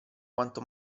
quanto